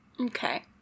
Okay